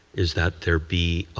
is that there be